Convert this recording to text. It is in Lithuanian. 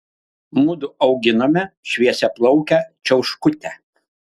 mudu auginome šviesiaplaukę čiauškutę